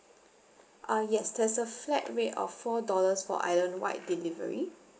uh yes there's a flat rate of four dollars for island wide delivery